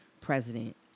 president